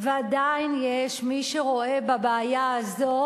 ועדיין יש מי שרואה בעובדה הזאת